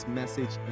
message